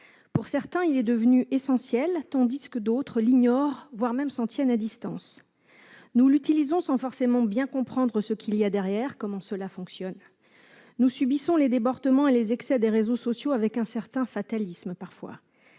Pour certains, il est devenu essentiel, tandis que d'autres l'ignorent ou le tiennent à distance. Nous l'utilisons sans forcément bien comprendre ce qu'il y a derrière, comment tout cela fonctionne. Nous subissons les débordements et les excès des réseaux sociaux, parfois avec un certain fatalisme.